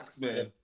man